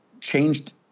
changed